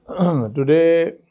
today